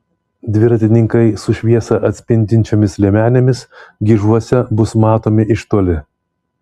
dviratininkai su šviesą atspindinčiomis liemenėmis gižuose bus matomi iš toli